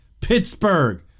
Pittsburgh